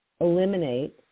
eliminate